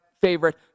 favorite